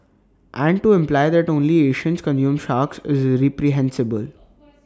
and to imply that only Asians consume sharks is reprehensible